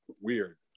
Weird